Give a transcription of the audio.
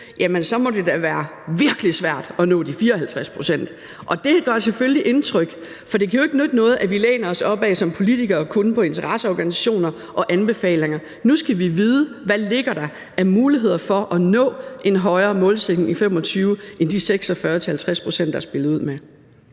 Jamen så må det da være virkelig svært at nå de 54 pct., og det gør selvfølgelig indtryk. For det kan jo ikke nytte noget, at vi som politikere kun læner os op ad interesseorganisationer og anbefalinger. Nu skal vi vide, hvad der ligger af muligheder for at nå en højere målsætning i 2025 end de 46-50 pct., der er spillet ud med.